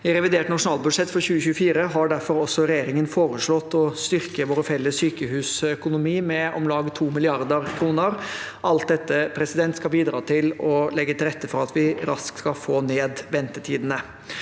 I revidert nasjonalbudsjett for 2024 har regjeringen derfor også foreslått å styrke vår felles sykehusøkonomi med om lag 2 mrd. kr. Alt dette skal bidra til å legge til rette for at vi raskt skal få ned ventetidene.